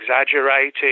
exaggerated